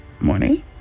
morning